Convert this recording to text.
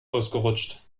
ausgerutscht